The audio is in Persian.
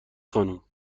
خانم